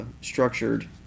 structured